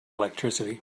electricity